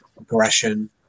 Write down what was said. aggression